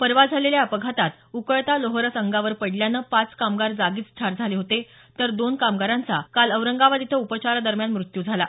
परवा झालेल्या या अपघातात उकळता लोहरस अंगावर पडल्यानं पाच कामगार जागीच ठार झाले होते तर दोन कामगारांचा काल औरंगाबाद इथं उपचारादरम्यान मृत्यू झाला